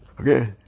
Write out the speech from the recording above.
okay